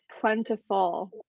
plentiful